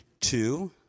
Two